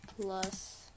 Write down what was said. plus